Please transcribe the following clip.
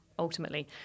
ultimately